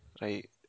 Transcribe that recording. Right